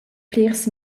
plirs